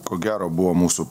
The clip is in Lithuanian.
ko gero buvo mūsų